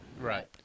Right